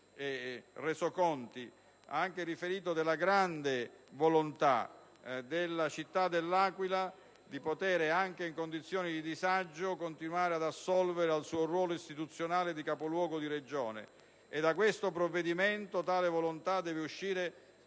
e resoconti, della grande volontà della città di continuare, anche in condizioni di disagio, ad assolvere al suo ruolo istituzionale di Capoluogo di Regione. Da questo provvedimento tale volontà deve uscire